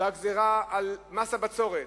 בגזירה של מס הבצורת.